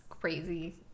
crazy